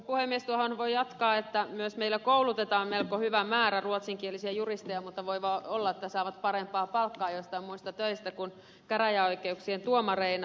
tuohon voi jatkaa että myös meillä koulutetaan melko hyvä määrä ruotsinkielisiä juristeja mutta voi olla että he saavat parempaa palkkaa joistain muista töistä kuin käräjäoikeuksien tuomareina toimimisesta